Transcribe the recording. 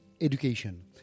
education